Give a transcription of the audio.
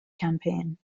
campaign